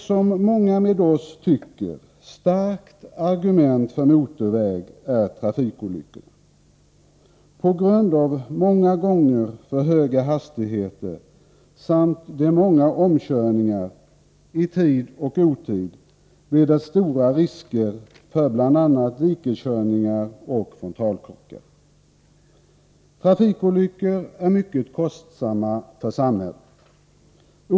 Ett som vi, och många med oss, tycker starkt argument för motorväg är trafikolyckorna. På grund av många gånger alltför höga hastigheter samt de många omkörningarna i tid och otid uppstår stora risker för bl.a. dikeskörningar och frontalkrockar. Trafikolyckor är mycket kostsamma för samhäl 65 let.